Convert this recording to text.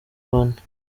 bane